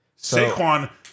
Saquon